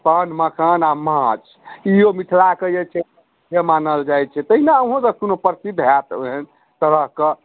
पान मखान आ माछ ई ओ मिथिला कऽ जे छै से मानल जाइत छै तहिना अहुओ सभकऽ कोनो प्रसिद्ध होयत ओहन तरहकऽ